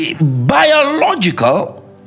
biological